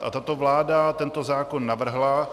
A tato vláda tento zákon navrhla.